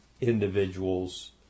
individuals